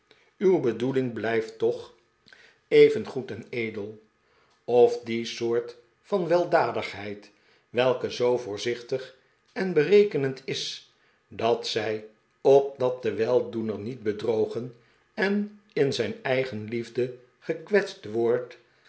uw bedoeling blijft toch even goed en edel of die soort van weldadigheid welke zoo voorzichtig en berekenend is dat zij opdat de weldoener niet bedrogen en in zijn eigenliefde gekwetst wordt